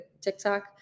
TikTok